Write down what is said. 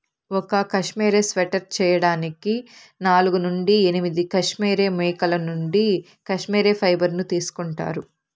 ఒక cashmere sweater చేయడానికి నాలుగు నుండి ఎనిమిది కష్మెరె మేకల నుండి కష్మెరె ఫైబర్ ను తీసుకుంటారు